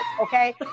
okay